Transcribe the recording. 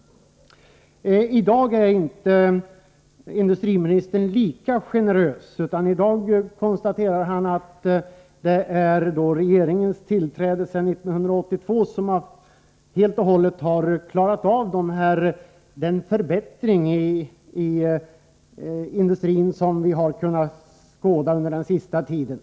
I dag är industriministern inte lika generös som han var i propositionen, utan i dag konstaterar han att det helt och hållet är regeringens tillträde 1982 som möjliggjorde den förbättring i industrin som vi har kunnat konstatera under den senaste tiden.